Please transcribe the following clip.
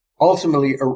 ultimately